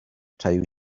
czaił